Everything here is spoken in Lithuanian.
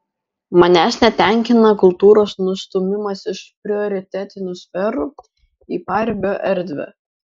manęs netenkina kultūros nustūmimas iš prioritetinių sferų į paribio erdvę